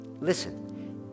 Listen